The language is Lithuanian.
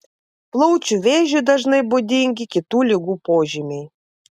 plaučių vėžiui dažnai būdingi kitų ligų požymiai